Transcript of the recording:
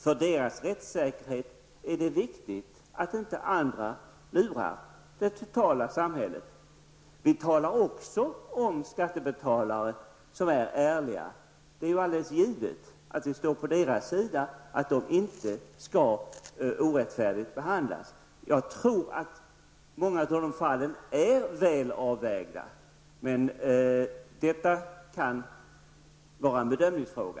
För deras rättssäkerhet är det viktigt att andra inte lurar det totala samhället. Vi talar också om skattebetalare som är ärliga. Det är givet att vi står på deras sida och att de inte skall behandlas orättfärdigt. Jag tror att många av dessa fall är väl avvägda, men det kan vara en bedömningsfråga.